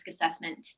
assessment